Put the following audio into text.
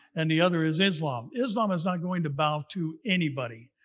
and the other is islam. islam is not going to bow to anybody.